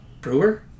Brewer